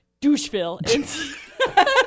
Doucheville